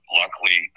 luckily